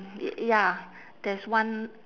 y~ ya there's one